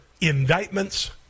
indictments